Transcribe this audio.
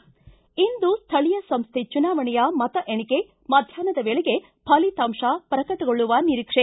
ಿಂ ಇಂದು ಸ್ಥಳೀಯ ಸಂಸ್ಟೆ ಚುನಾವಣೆಯ ಮತ ಎಣಿಕೆ ಮಧ್ಯಾಹ್ನದ ವೇಳೆಗೆ ಫಲಿತಾಂತ ಪ್ರಕಟಗೊಳ್ಳುವ ನಿರೀಕ್ಷೆ